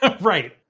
right